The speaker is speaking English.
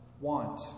want